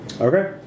Okay